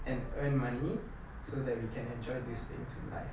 and earn money so that we can enjoy these things in life